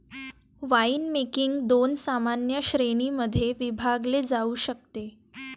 winemaking दोन सामान्य श्रेणीं मध्ये विभागले जाऊ शकते